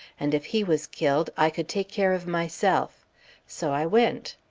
and if he was killed i could take care of myself so i went.